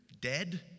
dead